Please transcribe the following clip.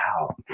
wow